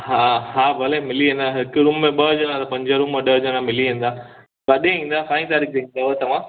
हा हा भले मिली वेंदो हिकु रुम में ॿ ॼणा पंज रुम ॾह ॼणा मिली वेंदा कॾहिं ईंदा साईं काईं तारीख़ ॿुधायो तव्हां